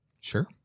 Sure